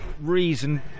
reason